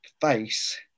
face